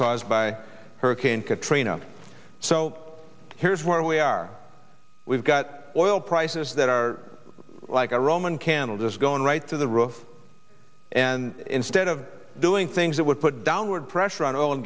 caused by hurricane katrina so here's where we are we've got oil prices that are like a roman candle just going right through the roof and instead of doing things that would put downward pressure on